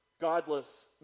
godless